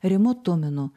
rimu tuminu